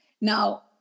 Now